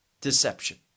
deception